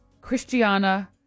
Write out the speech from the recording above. Christiana